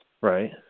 Right